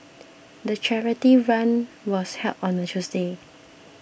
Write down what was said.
the charity run was held on a Tuesday